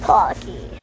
Pocky